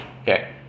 Okay